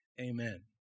amen